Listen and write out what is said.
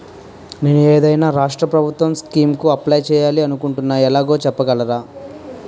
నేను ఏదైనా రాష్ట్రం ప్రభుత్వం స్కీం కు అప్లై చేయాలి అనుకుంటున్నా ఎలాగో చెప్పగలరా?